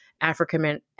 African